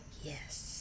yes